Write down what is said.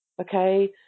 Okay